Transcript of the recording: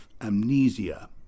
amnesia